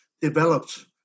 developed